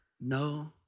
No